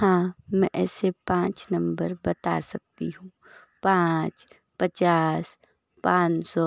हाँ मैं ऐसे पाँच नंबर बता सकती हूँ पाँच पचास पाँच सौ